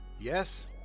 Yes